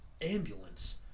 ambulance